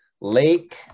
lake